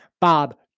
Bob